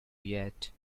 yet